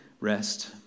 rest